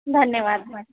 धन्यवाद मॅडम